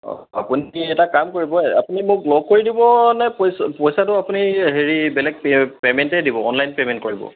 অঁ আপুনি এটা কাম কৰিব আপুনি মোক লগ কৰি দিব নে পইচা পইচাটো আপুনি হেৰি বেলেগ পে' পে'মেণ্টেই দিব অনলাইন পে'মেণ্ট কৰিব